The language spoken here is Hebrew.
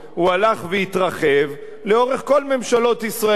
והוא הלך והתרחב לאורך כל ממשלות ישראל,